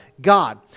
God